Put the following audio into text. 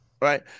right